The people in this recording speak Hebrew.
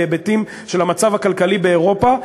בהיבטים של המצב הכלכלי באירופה,